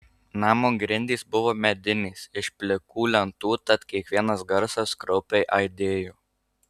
namo grindys buvo medinės iš plikų lentų tad kiekvienas garsas kraupiai aidėjo